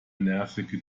nervige